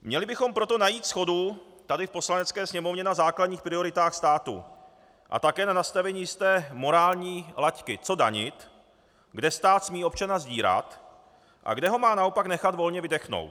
Měli bychom proto najít shodu tady v Poslanecké sněmovně na základních prioritách státu a také na nastavení jisté morální laťky, co danit, kde stát smí občana sdírat a kde ho má naopak nechat volně vydechnout.